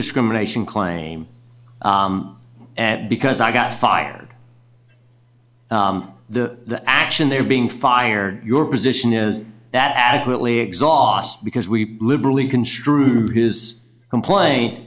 discrimination claim and because i got fired the action there being fired your position is that accurately exhaust because we liberally construed his complain